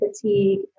fatigue